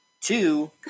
two